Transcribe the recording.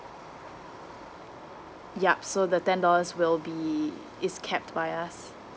yup so the ten dollars will be is kept by us